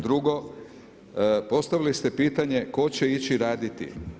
Drugo, postavili ste pitanje tko će ići raditi.